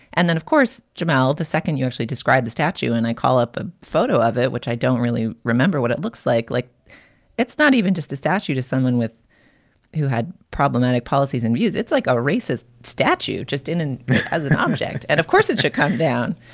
and then, of course, jamal, the second you actually described the statue and i call it a photo of it, which i don't really remember what it looks like. like it's not even just the statue to someone with who had problematic policies and views. it's like a racist statue just in in as an object. and, of course, it should come down.